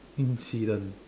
incident